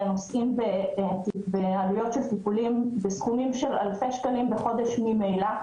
נושאים בעלויות של טיפולים בסכומים של אלפי שקלים בחודש ממילא,